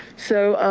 so,